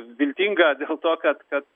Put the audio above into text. viltinga dėl to kad kad